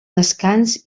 descans